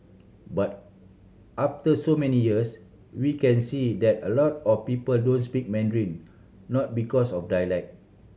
but after so many years we can see that a lot of people don't speak Mandarin not because of dialect